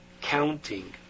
counting